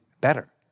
better